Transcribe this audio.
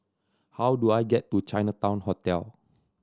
how do I get to Chinatown Hotel